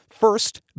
First